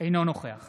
אינו נוכח